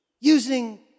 using